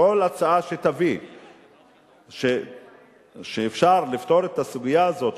שכל הצעה שתביא שתאפשר לפתור את הסוגיה הזאת,